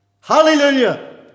Hallelujah